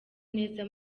neza